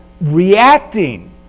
reacting